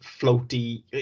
floaty